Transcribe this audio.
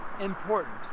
important